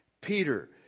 Peter